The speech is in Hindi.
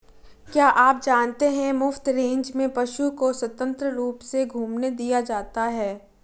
क्या आप जानते है मुफ्त रेंज में पशु को स्वतंत्र रूप से घूमने दिया जाता है?